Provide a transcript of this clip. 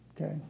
okay